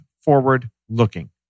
forward-looking